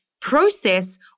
process